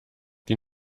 die